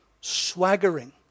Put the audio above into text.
swaggering